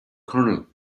colonel